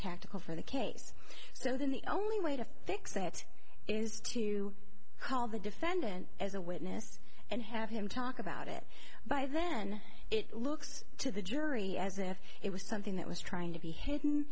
tactical for the case so the only way to fix that is to call the defendant as a witness and have him talk about it by then it looks to the jury as if it was something that was trying to be hidden